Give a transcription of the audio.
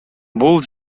бул